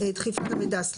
מבחינתנו זה